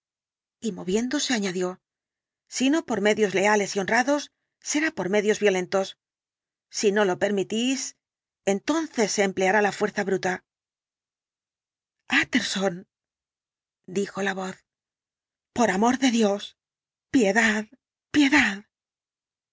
y moviéndose añadió si no por medios leales y honrados será por medios violentos si no lo permitís entonces se empleará la fuerza bruta utterson dijo la voz por amor de dios piedad piedad